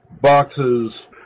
boxes